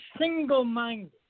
single-minded